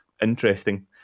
interesting